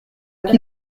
qui